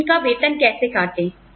हम इनका वेतन कैसे काटे